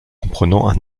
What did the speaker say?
comprenant